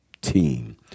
team